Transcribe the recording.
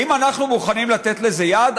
האם אנחנו מוכנים לתת לזה יד?